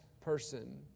person